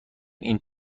این